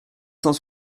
cent